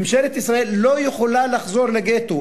ממשלת ישראל לא יכולה לחזור לגטו.